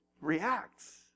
reacts